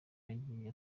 yagiye